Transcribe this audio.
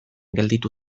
gelditu